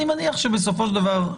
אני מניח שבסופו של דבר,